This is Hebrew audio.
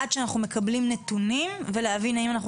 עד שאנחנו מקבלים נתונים ועל מנת שנבין האם אנחנו